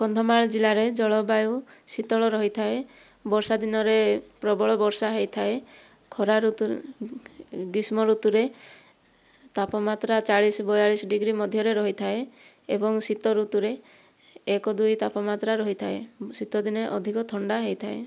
କନ୍ଧମାଳ ଜିଲ୍ଲାରେ ଜଳବାୟୁ ଶୀତଳ ରହିଥାଏ ବର୍ଷାଦିନରେ ପ୍ରବଳ ବର୍ଷା ହୋଇଥାଏ ଖରା ଋତୁ ଗ୍ରୀଷ୍ମଋତୁରେ ତାପମାତ୍ରା ଚାଳିଶ ବୟାଳିଶ ଡିଗ୍ରୀ ମଧ୍ୟରେ ରହିଥାଏ ଏବଂ ଶୀତଋତୁରେ ଏକ ଦୁଇ ତାପମାତ୍ରା ରହିଥାଏ ଶୀତଦିନେ ଅଧିକ ଥଣ୍ଡା ହୋଇଥାଏ